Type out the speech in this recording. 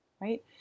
right